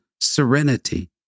serenity